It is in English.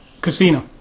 Casino